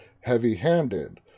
heavy-handed